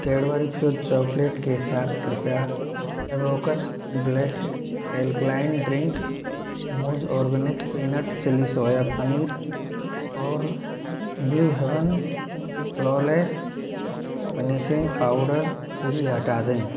Cadbury Fuse chocolate के साथ कृपया Evocus black alkaline drink Mooz organic peanut chilli soya paneer और Blue Heaven flawless finishing powder भी हटा दें